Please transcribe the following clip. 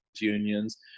unions